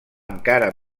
encara